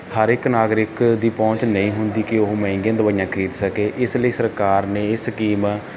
ਹਰ ਇੱਕ ਨਾਗਰਿਕ ਦੀ ਪਹੁੰਚ ਨਹੀਂ ਹੁੰਦੀ ਕਿ ਉਹ ਮਹਿੰਗੀਆਂ ਦਵਾਈਆਂ ਖਰੀਦ ਸਕੇ ਇਸ ਲਈ ਸਰਕਾਰ ਨੇ ਇਹ ਸਕੀਮ